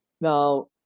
Now